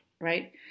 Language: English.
right